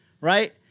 right